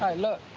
look,